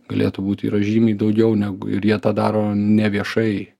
galėtų būt yra žymiai daugiau negu ir jie tą daro neviešai